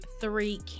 three